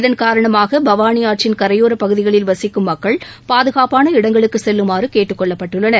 இதன் காரணமாக பவானி ஆற்றின் கரையோரப் பகுதிகளில் வசிக்கும் மக்கள் பாதுகாப்பான இடங்களுக்கு செல்லுமாறு கேட்டுக் கொள்ளப்பட்டுள்ளனர்